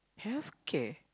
healthcare